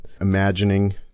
imagining